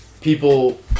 People